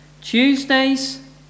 Tuesdays